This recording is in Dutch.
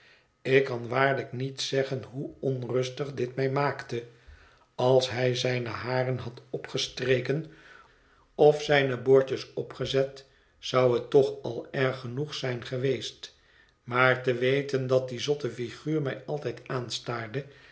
ik kan waarlijk niet zeggen hoe onrustig dit mij maakte als hij zijne haren had opgestreken of zijne boordjes opgezet zou het toch al erg genoeg zijn geweest maar te weten dat die zotte figuur mij altijd aanstaarde